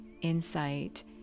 insight